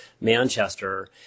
Manchester